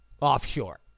offshore